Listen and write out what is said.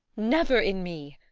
never in me!